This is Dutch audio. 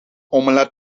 omelet